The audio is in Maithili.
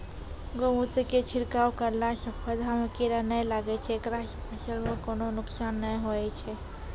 गोमुत्र के छिड़काव करला से पौधा मे कीड़ा नैय लागै छै ऐकरा से फसल मे कोनो नुकसान नैय होय छै?